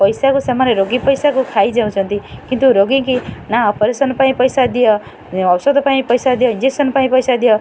ପଇସାକୁ ସେମାନେ ରୋଗୀ ପଇସାକୁ ଖାଇ ଯାଉଛନ୍ତି କିନ୍ତୁ ରୋଗୀକି ନା ଅପେରସନ ପାଇଁ ପଇସା ଦିଅ ଔଷଧ ପାଇଁ ପଇସା ଦିଅ ଇଞ୍ଜେକ୍ସନ ପାଇଁ ପଇସା ଦିଅ